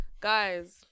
Guys